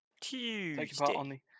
Tuesday